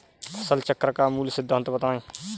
फसल चक्र का मूल सिद्धांत बताएँ?